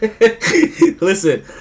Listen